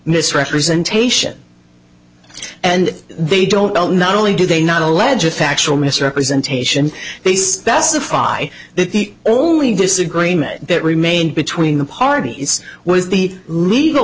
misrepresentation and they don't know not only do they not allege a factual misrepresentation they specify that the only disagreement that remained between the parties was the legal